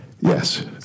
Yes